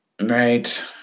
right